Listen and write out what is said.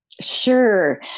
Sure